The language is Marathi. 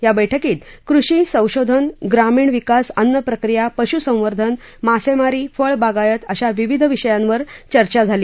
या बैठकीत कृषी संशोधन ग्रामीण विकास अन्न प्रक्रिया पशुसंवर्धन मासप्तारी फळबागायत अशा विविध विषयांवर या बैठकीत चर्चा झाली